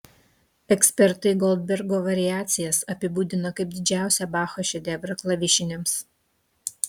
ekspertai goldbergo variacijas apibūdina kaip didžiausią bacho šedevrą klavišiniams